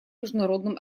международным